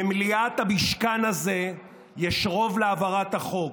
במליאת המשכן הזה יש רוב להעברת החוק,